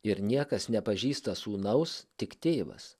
ir niekas nepažįsta sūnaus tik tėvas